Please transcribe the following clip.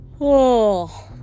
Oh